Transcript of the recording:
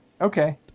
Okay